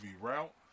route